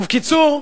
ובכן,